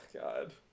God